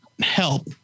help